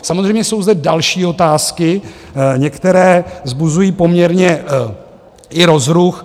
Samozřejmě jsou zde další otázky, některé vzbuzují poměrně i rozruch.